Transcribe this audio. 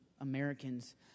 Americans